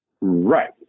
Right